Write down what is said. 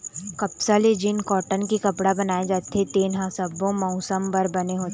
कपसा ले जेन कॉटन के कपड़ा बनाए जाथे तेन ह सब्बो मउसम बर बने होथे